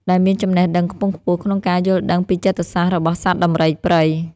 ដែលមានចំណេះដឹងខ្ពង់ខ្ពស់ក្នុងការយល់ដឹងពីចិត្តសាស្ត្ររបស់សត្វដំរីព្រៃ។